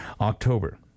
October